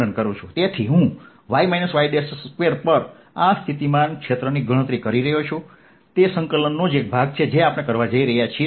તેથી હું y y2 પર આ સ્થિતિમાન ક્ષેત્રની ગણતરી કરી રહ્યો છું તે સંકલનનો ભાગ છે જે આપણે કરવા જઈ રહ્યા છીએ